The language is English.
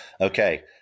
Okay